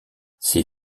ses